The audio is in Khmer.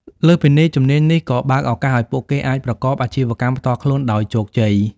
លើសពីនេះ ជំនាញនេះក៏បើកឱកាសឱ្យពួកគេអាចប្រកបអាជីវកម្មផ្ទាល់ខ្លួនដោយជោគជ័យ។